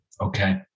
Okay